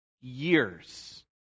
years